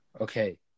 Okay